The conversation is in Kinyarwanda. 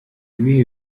ibihe